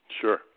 Sure